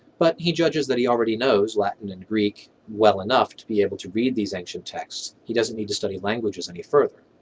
but he judges that he already knows latin and greek well enough to be able to read these ancient texts. he doesn't need to study languages any further.